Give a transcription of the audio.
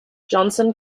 johnson